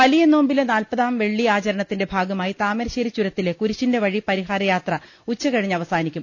വലിയ നോമ്പിലെ നാല്പതാം വെള്ളി ആചരണ ത്തിന്റെ ഭാഗമായി താമരശ്ശേരി ചുരത്തിലെ കുരിശിന്റെ വഴി പരിഹാര യാത്ര ഉച്ചകഴിഞ്ഞ് അവസാനിക്കും